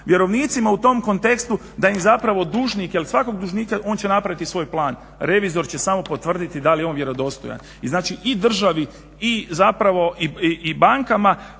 vjerovnicima u tom kontekstu da im zapravo dužnik jer svakog dužnika on će napraviti svoj plan. Revizor će samo potvrditi da li je on vjerodostojan. I znači i državi i zapravo i bankama